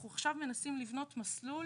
אנחנו עכשיו מנסים לבנות מסלול